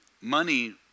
money